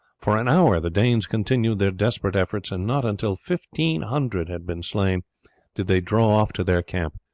for an hour the danes continued their desperate efforts, and not until fifteen hundred had been slain did they draw off to their camp,